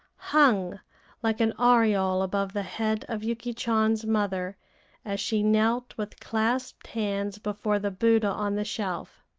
hung like an aureole above the head of yuki chan's mother as she knelt with clasped hands before the buddha on the shelf.